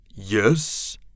Yes